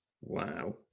wow